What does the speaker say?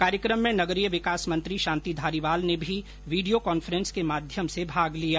कार्यक्रम में नगरीय विकास मंत्री शांति धारीवाल ने भी वीडियो कॉन्फ्रेन्स के माध्यम से भाग लिया